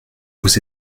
vous